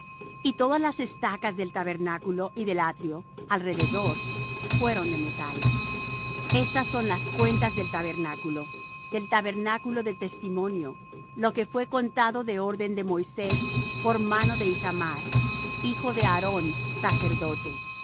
y todas las estacas del tabernáculo y del atrio alrededor fueron de metal estas son las cuentas del tabernáculo del tabernáculo del testimonio lo que fué contado de orden de moisés por mano de ithamar hijo de aarón sacerdote